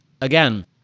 Again